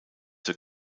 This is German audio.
zur